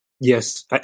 Yes